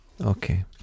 Okay